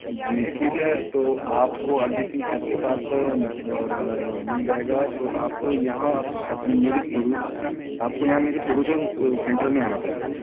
जी ठीक है तो आपको अरिजीत सिंह सर के साथ मिल जाएगा तो आपको यहाँ मेरे आपको यहाँ मेरे प्रोडूसर सेंटर आना पड़ेगा